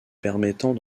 permettant